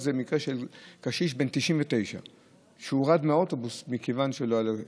זה מקרה של קשיש בן 99 שהורד מהאוטובוס מכיוון שלא היה לו לשלם.